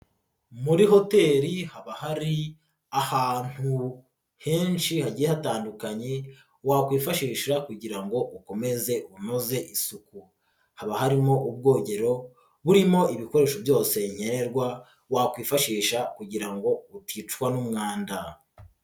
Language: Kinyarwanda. Muri hoteli haba hari ahantu henshi hagiye hatandukanye wakwifashisha kugira ngo ukomeze unoze isuku, haba harimo ubwogero burimo ibikoresho byose nkenerwa wakwifashisha kugira ngo uticwa n'umwanda.